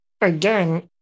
again